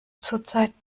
zurzeit